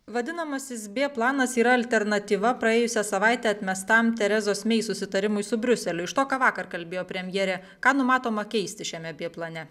vadinamasis b planas yra alternatyva praėjusią savaitę atmestam terezos mei susitarimui su briuseliu iš to ką vakar kalbėjo premjerė ką numatoma keisti šiame b plane